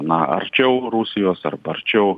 na arčiau rusijos arba arčiau